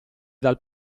dal